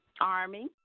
Army